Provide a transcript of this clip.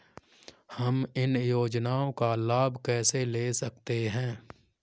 हम इन योजनाओं का लाभ कैसे ले सकते हैं?